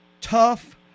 tough